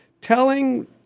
telling –